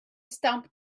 stamp